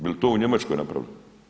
Bi li to u Njemačkoj napravili?